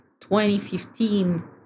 2015